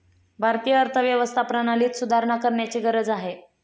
भारतीय अर्थव्यवस्था प्रणालीत सुधारणा करण्याची गरज आहे